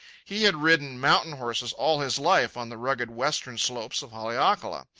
he had ridden mountain horses all his life on the rugged western slopes of haleakala.